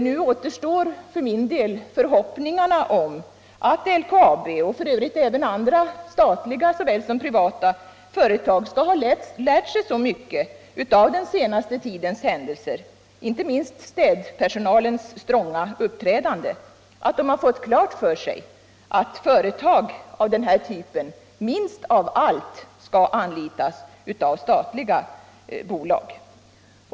Nu återstår för min del förhoppningen om att LKAB och även andra statliga såväl som privata företag skall ha lärt sig så mycket av den senaste tidens händelser och inte minst av städpersonalens stronga uppträdande att de har fått klart för sig att företag av den här typen minst av allt skall anlitas av statliga bolag.